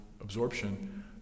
absorption